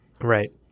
Right